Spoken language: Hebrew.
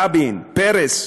רבין, פרס,